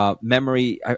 memory –